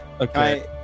Okay